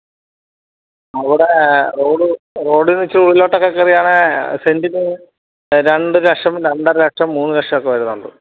അവിടെ റോഡ് റോഡിന് ഇച്ചിരി ഉള്ളിലോട്ടൊക്കെ കയറി ആണേൽ സെന്റിന് രണ്ട് ലക്ഷം രണ്ടര ലക്ഷം മൂന്ന് ലക്ഷമൊക്കെ വരുന്നുണ്ട്